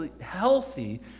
healthy